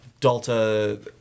Delta